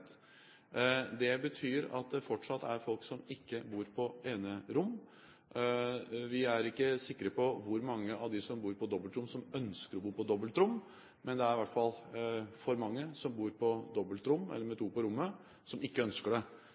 Det betyr at det fortsatt er folk som ikke bor på enerom. Vi er ikke sikre på hvor mange av dem som bor på dobbeltrom, som ønsker å bo på dobbeltrom, men det er i hvert fall for mange som bor to på rommet som ikke ønsker det.